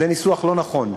זה ניסוח לא נכון.